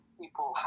people